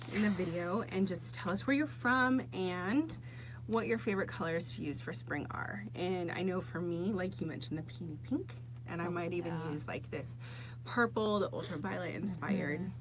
in the video, and just tell us where you're from and what your favorite colors use for spring are. and i know for me, like you mentioned the peony pink and i might even lose like this purple, the ultraviolet inspired.